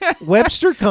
Webster